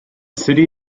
city